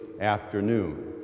afternoon